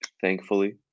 thankfully